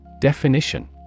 Definition